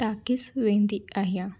talkies वेंदी आहियां